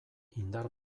indar